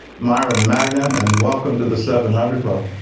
myron myron and welcome to the seven hundred club.